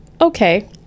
Okay